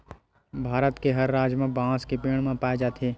भारत के हर राज म बांस के पेड़ पाए जाथे